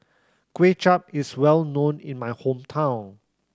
Kuay Chap is well known in my hometown